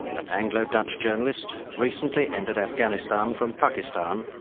an anglo-dutch journalist recently entered afghanistan from pakistan,